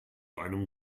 einem